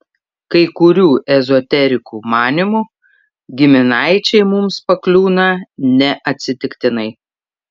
kai kurių ezoterikų manymu giminaičiai mums pakliūna ne atsitiktinai